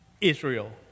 Israel